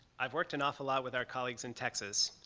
i've worked an awful lot with our colleagues in texas,